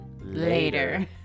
later